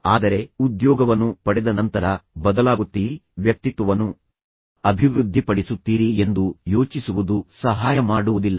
ಆದರೆ ಉದ್ಯೋಗವನ್ನು ಪಡೆದ ನಂತರ ಬದಲಾಗುತ್ತೀರಿ ವ್ಯಕ್ತಿತ್ವವನ್ನು ಅಭಿವೃದ್ಧಿಪಡಿಸುತ್ತೀರಿ ಎಂದು ಯೋಚಿಸುವುದು ಸಹಾಯ ಮಾಡುವುದಿಲ್ಲ